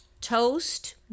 Toast